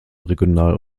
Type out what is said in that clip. regional